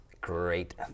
great